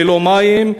ללא מים,